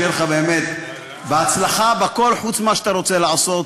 שיהיה לך בהצלחה בכול, חוץ ממה שאתה רוצה לעשות.